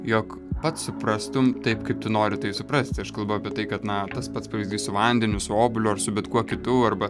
jog pats suprastum taip kaip tu nori tai suprasti aš kalbu apie tai kad na tas pats pavyzdys su vandeniu su obuoliu ar su bet kuo kitu arba